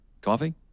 Coffee